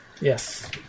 Yes